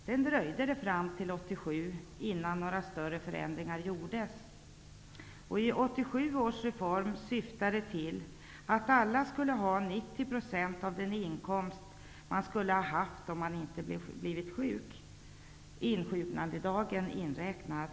Sedan dröjde det fram till 1987, innan några större förändringar gjordes. 1987 års reform syftade till att ge alla 90 % av den inkomst man skulle ha haft om man inte hade blivit sjuk, insjuknandedagen inräknad.